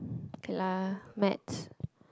okay lah math